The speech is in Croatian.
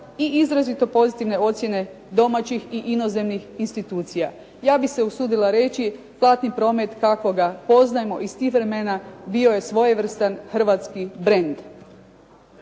i izrazito pozitivne ocjene domaćih i inozemnih institucija. Ja bih se usudila reći platni promet kakvoga poznajemo iz tih vremena bio je svojevrstan hrvatski brand.